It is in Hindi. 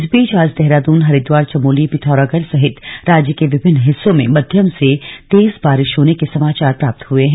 इस बीच आज देहरादून हरिद्वार चमोली पिथौरागढ़ सहित राज्य के विभिन्न हिस्सों में मध्यम से तेज बारिश होने के समाचार प्राप्त हुए हैं